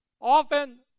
often